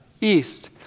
East